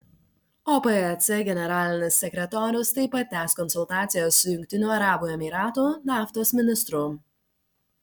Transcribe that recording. opec generalinis sekretorius taip pat tęs konsultacijas su jungtinių arabų emyratų naftos ministru